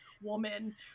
woman